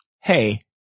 hey